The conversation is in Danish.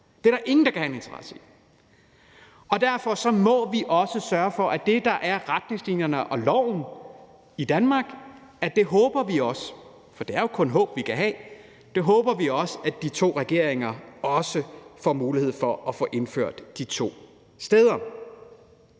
Det er der ingen, der kan have en interesse i. Derfor må vi også sørge for, at det, der er retningslinjerne og loven i Danmark, også er noget, som vi håber – og det er jo kun et håb, vi kan have – at de to regeringer får mulighed for at få indført de to steder.